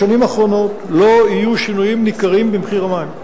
בשנים הקרובות לא יהיו שינויים ניכרים במחיר המים,